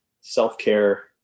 self-care